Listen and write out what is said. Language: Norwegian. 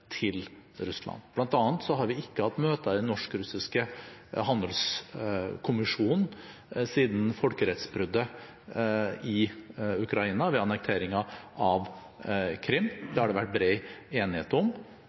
til Russland. Blant annet har vi ikke hatt møter i den norsk-russiske handelskommisjonen siden folkerettsbruddet i Ukraina ved annekteringen av Krim. Det har det vært bred enighet om.